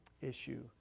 issue